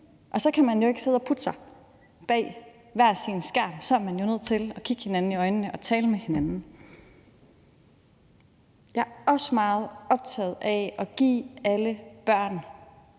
og så kan man jo ikke sidde og putte sig bag hver sin skærm; så er man nødt til at kigge hinanden i øjnene og tale med hinanden. Jeg er også meget optaget af at give alle børn